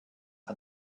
are